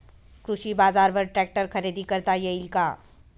कृषी बाजारवर ट्रॅक्टर खरेदी करता येईल का?